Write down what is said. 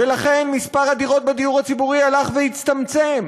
ולכן מספר הדירות בדיור הציבורי הלך והצטמצם.